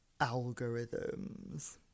algorithms